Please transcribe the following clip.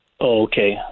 okay